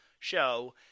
show